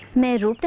my to